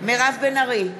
מירב בן ארי,